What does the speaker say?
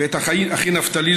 ואת אחי נפתלי,